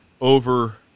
over